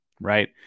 right